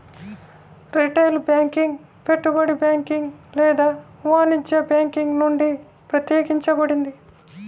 retail banking పెట్టుబడి banking లేదా వాణిజ్య బ్యాంకింగ్ నుండి ప్రత్యేకించబడింది